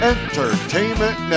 Entertainment